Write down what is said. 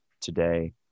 today